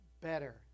better